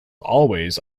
always